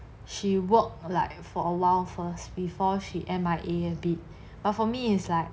she worked like for awhile first before she M_I_A a bit but for me is like